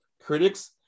critics